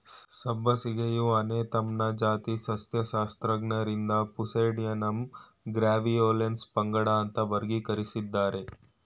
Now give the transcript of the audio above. ಸಬ್ಬಸಿಗೆಯು ಅನೇಥಮ್ನ ಜಾತಿ ಸಸ್ಯಶಾಸ್ತ್ರಜ್ಞರಿಂದ ಪ್ಯೂಸೇಡ್ಯಾನಮ್ ಗ್ರ್ಯಾವಿಯೋಲೆನ್ಸ್ ಪಂಗಡ ಅಂತ ವರ್ಗೀಕರಿಸಿದ್ದಾರೆ